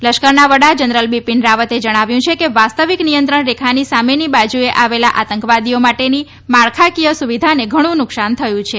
લશ્કરના વડા જનરલ બિપિન રાવતે જણાવ્યું છે કે વાસ્તવિક નિયંત્રણ રેખાની સામેની બાજુએ આવેલા આતંકવાદીઓ માટેની માળખાકીય સુવિધાને ઘણું નુકશાન થયું છે